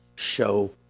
Show